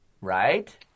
Right